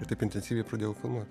ir taip intensyviai pradėjau filmuot